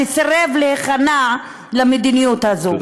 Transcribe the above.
שסירב להיכנע למדיניות הזאת.